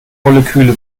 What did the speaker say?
moleküle